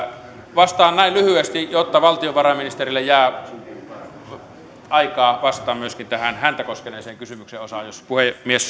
vastaan näin lyhyesti jotta valtiovarainministerille jää myöskin aikaa vastata tähän häntä koskeneeseen kysymyksen osaan jos puhemies